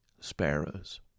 sparrows